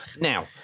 Now